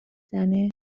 زنه